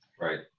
Right